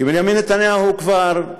כי בנימין נתניהו כבר,